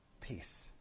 peace